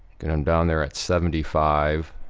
get em down there at seventy five.